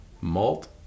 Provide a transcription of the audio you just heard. malt